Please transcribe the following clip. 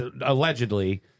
allegedly